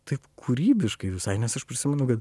taip kūrybiškai visai nes aš prisimenu kad